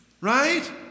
Right